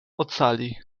ocali